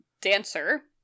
dancer